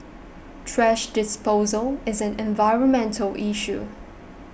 thrash disposal is an environmental issue